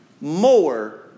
more